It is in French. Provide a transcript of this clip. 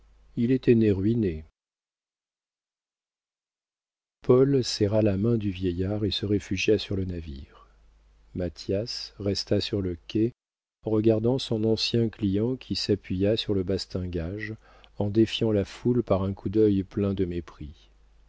il était né ruiné paul serra la main du vieillard et se réfugia sur le navire mathias resta sur le quai regardant son ancien client qui s'appuya sur le bastingage en défiant la foule par un coup d'œil plein de mépris